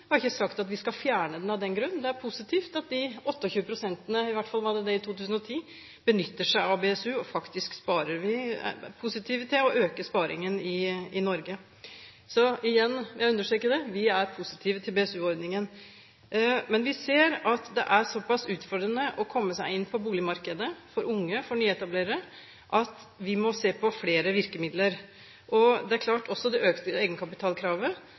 vi har ikke sagt at vi skal fjerne den av den grunn. Det er positivt at 28 pst., i hvert fall var det det i 2010, benytter seg av BSU og faktisk sparer. Vi er positive til å øke sparingen i Norge. Så igjen, jeg vil understreke det: Vi er positive til BSU-ordningen. Men vi ser at det er så pass utfordrende å komme seg inn på boligmarkedet for unge, for nyetablerere, at vi må se på flere virkemidler. Det er klart at også det økte egenkapitalkravet